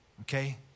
okay